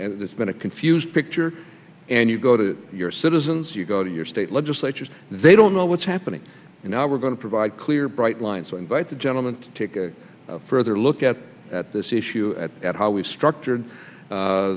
there's been a confused picture and you go to your citizens you go to your state legislatures they don't know what's happening in our we're going to provide clear bright lines so invite the gentleman to take a further look at this issue at how we've structured